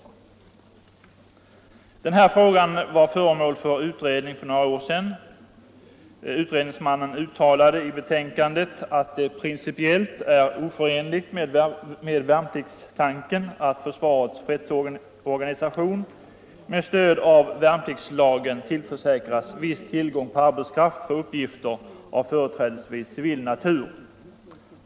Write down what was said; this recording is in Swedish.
Denna fråga var föremål för utredning för några år sedan. Utredningsmannen uttalade i sitt betänkande att det principiellt är oförenligt med värnpliktstanken att försvarets fredsorganisation med stöd av värnpliktslagen tillförsäkras viss tillgång på arbetskraft för uppgifter av företrädesvis civil natur.